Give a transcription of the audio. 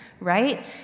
right